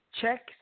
checks